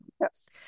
Yes